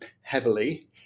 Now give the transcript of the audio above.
heavily